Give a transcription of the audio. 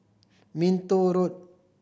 Minto Road